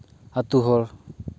ᱟᱹᱛᱩ ᱦᱚᱲ